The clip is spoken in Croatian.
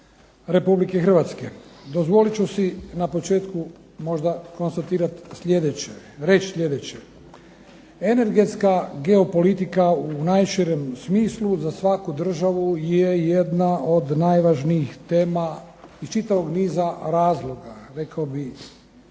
Republike Hrvatske. Dozvolit ću si na početku možda konstatirati sljedeće. Reći sljedeće. Energetska geopolitika u najširem smislu za svaku državu je jedna od najvažnijih tema iz čitavog niza razloga. Rekao bih